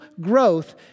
growth